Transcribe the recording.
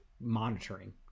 monitoring